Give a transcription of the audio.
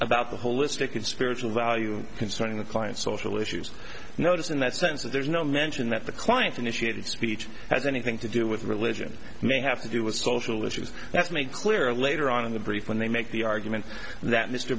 about the holistic and spiritual value concerning the client social issues notice in that sense that there's no mention that the client initiated speech has anything to do with religion may have to do with social issues that's made clear later on in the brief when they make the argument that mr